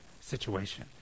situation